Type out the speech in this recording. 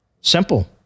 simple